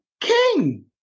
king